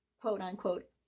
quote-unquote